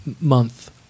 Month